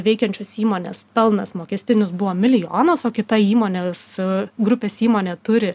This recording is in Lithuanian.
veikiančios įmonės pelnas mokestinis buvo milijonas o kita įmonė su grupės įmonė turi